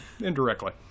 indirectly